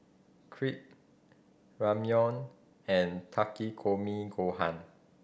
Crepe Ramyeon and Takikomi Gohan